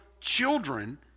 children